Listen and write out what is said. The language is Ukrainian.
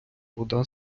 вода